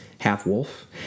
half-wolf